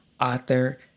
author